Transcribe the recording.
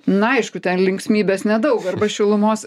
na aišku ten linksmybės nedaug arba šilumos